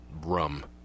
rum